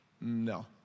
No